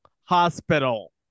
hospital